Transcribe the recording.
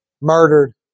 murdered